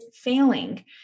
failing